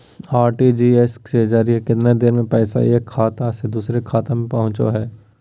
RTGS के जरिए कितना देर में पैसा एक खाता से दुसर खाता में पहुचो है?